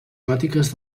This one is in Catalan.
gòtiques